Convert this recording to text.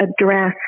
address